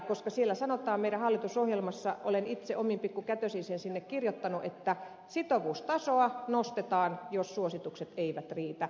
meidän hallitusohjelmassamme sanotaan olen omin pikku kätösin sen itse sinne kirjoittanut että sitovuustasoa nostetaan jos suositukset eivät riitä